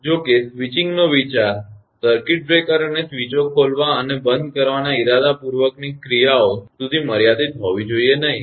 જો કે સ્વિચીંગનો વિચાર સર્કિટ બ્રેકર અને સ્વીચો ખોલવા અને બંધ કરવાની ઇરાદાપૂર્વકની ક્રિયાઓ સુધી મર્યાદિત હોવી જોઈએ નહીં